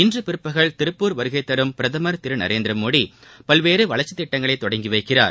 இன்று பிற்பகல் திருப்பூர் வருகை தரும் பிரதமர் திரு நரேந்திரமோடி பல்வேறு வளர்ச்சி திட்டங்களை தொடங்கி வைக்கிறார்